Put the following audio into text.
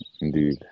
indeed